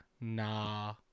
nah